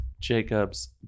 Jacobs